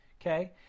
okay